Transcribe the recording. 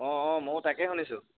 অঁ অঁ ময়ো তাকেই শুনিছোঁ